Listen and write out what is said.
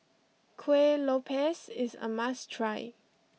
Kuih Lopes is a must try